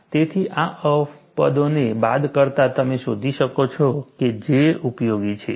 તેથી આ અપવાદોને બાદ કરતાં તમે શોધી શકો છો કે J ઉપયોગી છે